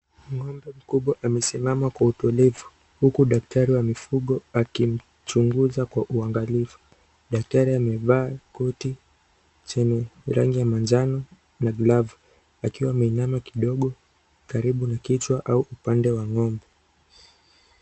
Ng'ombe kubwa amesimama kwa utulivu huku daktari wa mifugo akichunguza kwa uangalifu. Daktari amevaa koti chenye rangi ya manjano na glavu akiwa ameinama kidogo karibu na kichwa au upande wa ng'ombe.